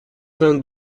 vingt